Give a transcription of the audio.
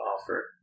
offer